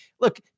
look